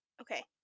Okay